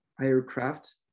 aircraft